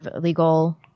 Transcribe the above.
legal